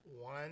One